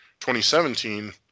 2017